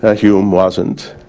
ah hume wasn't,